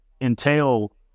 entail